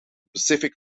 pacific